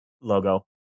logo